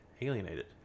alienated